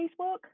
Facebook